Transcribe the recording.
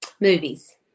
Movies